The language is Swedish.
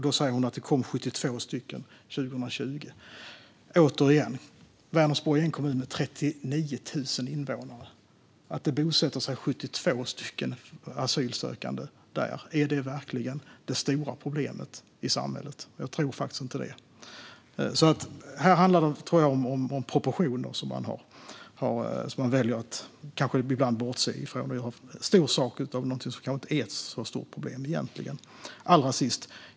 Då säger hon att det kom 72 under 2020. Jag påminner återigen om att Vänersborg är en kommun med 39 000 invånare. Att det bosätter sig 72 asylsökande där - är det verkligen det stora problemet i samhället? Jag tror faktiskt inte det. Här handlar det om proportioner, som man ibland väljer att bortse från. Man gör en stor sak av något som inte är ett så stort problem egentligen.